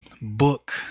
book